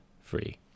free